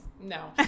No